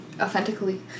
authentically